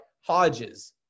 Hodges